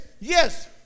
yes